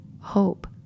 hope